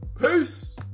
Peace